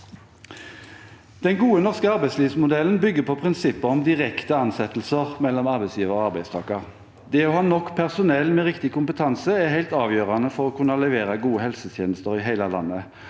Den gode norske arbeidslivsmodellen bygger på prinsippet om direkte ansettelser mellom arbeidsgiver og arbeidstaker. Det å ha nok personell med riktig kompetanse er helt avgjørende for å kunne levere gode helsetjenester i hele landet,